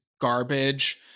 Garbage